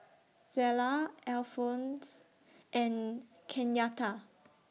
Zella Alphonse and Kenyatta